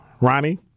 Ronnie